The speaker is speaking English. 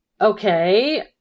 Okay